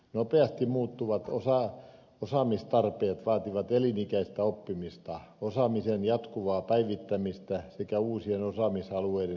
nopeasti muuttuvat osaamistarpeet vaativat elinikäistä oppimista osaamisen jatkuvaa päivittämistä sekä uusien osaamisalueiden hankkimista